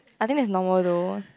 I think that's normal though